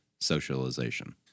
socialization